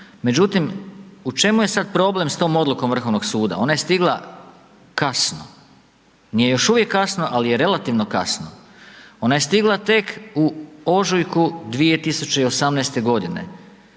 Međutim, u čemu je sada problem s tom odlukom Vrhovnog suda? Ona je stigla kasno, nije još uvijek kasno, ali je relativno kasno, ona je stigla tek u ožujku u 2018. g.